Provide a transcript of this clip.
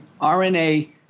RNA